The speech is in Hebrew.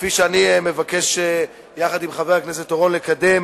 כפי שאני מבקש יחד עם חבר הכנסת אורון לקדם,